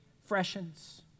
freshens